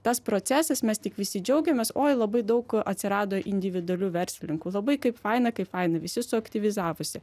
tas procesas mes tik visi džiaugiamės oi labai daug atsirado individualių verslininkų labai kaip faina kaip faina visi suaktyvizavosi